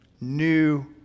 new